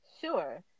Sure